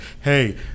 Hey